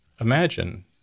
imagine